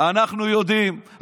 אנחנו יודעים,